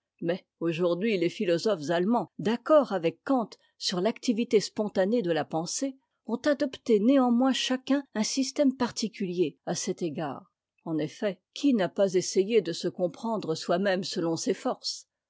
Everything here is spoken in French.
mais aujourd'hui les philosophes allemands d'accord avec kant sur l'activité spontanée de la pensée ont adopté néanmoins chacun un système particulier à cet égard en effet qui n'a pas essayé de se comprendre soi-même selon ses forces